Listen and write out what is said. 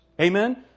Amen